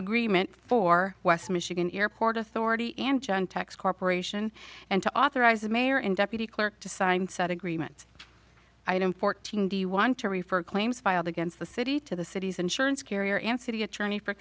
agreement for west michigan airport authority and john tax corporation and to authorize the mayor and deputy clerk to sign such agreements i don't fourteen do you want to refer claims filed against the city to the city's insurance carrier and city attorney for